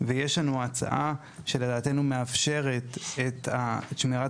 ויש לנו הצעה שלדעתנו מאפשרת את שמירת